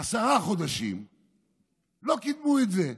עשרה חודשים לא קידמו את זה.